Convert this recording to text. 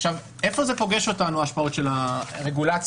איפה פוגשות אותנו ההשפעות של הרגולציה,